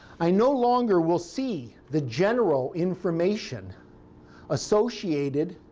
i no longer will see the general information associated